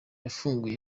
yafunguye